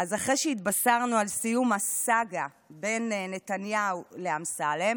אז אחרי שהתבשרנו על סיום הסאגה בין נתניהו לאמסלם,